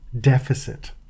deficit